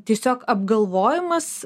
tiesiog apgalvojimas